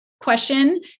question